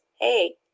hey